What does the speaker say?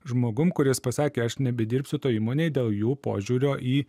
žmogum kuris pasakė aš nebedirbsiu toj įmonėj dėl jų požiūrio į